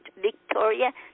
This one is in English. Victoria